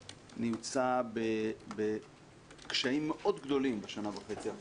נמצא בקשיים מאוד גדולים בשנה וחצי האחרונות.